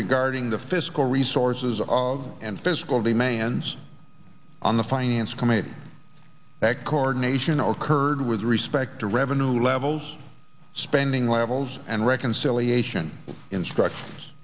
regarding the fiscal resources of and physically man on the finance committee that coronation or kurd with respect to revenue levels spending levels and reconciliation instruct